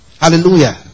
Hallelujah